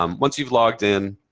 um once you've logged in